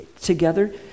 together